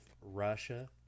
Russia